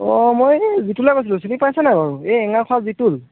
অ' মই এই জিতুলে কৈছিলোঁ চিনি পাইছেনে নাই বাৰু এই এঙাৰ খোৱাৰ জিতুল